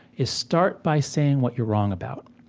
is, start by saying what you're wrong about.